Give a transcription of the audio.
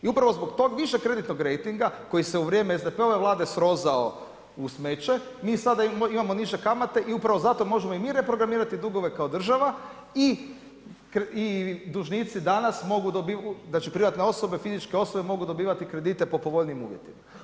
I upravo zbog tog višeg kreditnog rejtinga koji se u vrijeme SDP-ove vlade srozao u smeće mi sada imamo niže kamate i upravo zato možemo i mi reprogramirati dugove kao država i dužnici danas mogu, znači privatne osobe, fizičke osobe mogu dobivati kredite po povoljnijim uvjetima.